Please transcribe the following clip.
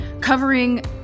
covering